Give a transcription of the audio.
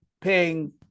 paying